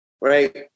right